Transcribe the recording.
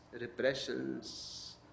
repressions